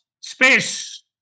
space